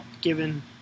given